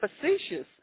facetious